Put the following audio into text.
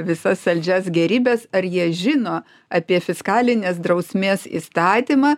visas saldžias gėrybes ar jie žino apie fiskalinės drausmės įstatymą